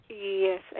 Yes